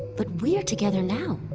but we're together now.